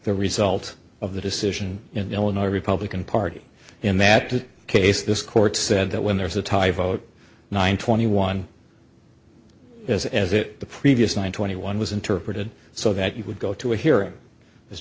the result of the decision in illinois republican party in that case this court said that when there's a tie vote nine twenty one as as it the previous one twenty one was interpreted so that you would go to a he